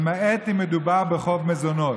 למעט אם מדובר בחוב מזונות.